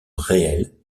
réel